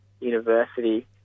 university